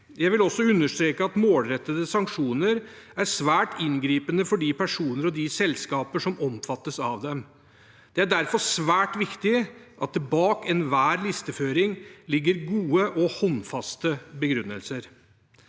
Jeg vil også understreke at målrettede sanksjoner er svært inngripende for de personer og de selskaper som omfattes av dem. Det er derfor svært viktig at det bak enhver listeføring ligger gode og håndfaste begrunnelser.